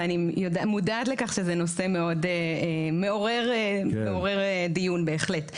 ואני מודעת לכך שזה נושא מאוד מעורר דיון, בהחלט.